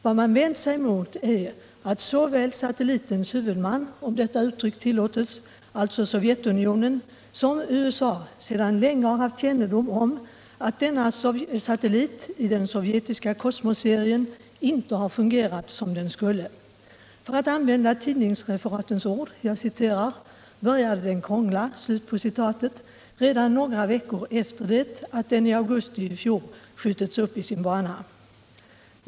Vad man vänt sig mot är att — om jag så får uttrycka mig — såväl satellitens huvudman, alltså Sovjetunionen, som USA sedan länge haft kännedom om att denna satellit i den sovjetiska Cosmosserien inte har fungerat som den skulle. För att använda tidningsreferatens ord ”började den krångla” redan några veckor efter det att den i augusti i fjol skjutits upp i sin bana.